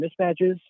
mismatches